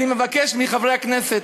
אני מבקש מחברי הכנסת: